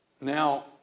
Now